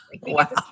Wow